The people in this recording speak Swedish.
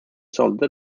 sålde